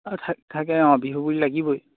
অঁ থাকে অঁ বিহু বুলি লাগিবই